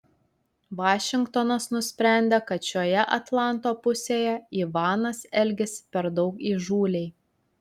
vašingtonas nusprendė kad šioje atlanto pusėje ivanas elgiasi per daug įžūliai